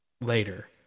later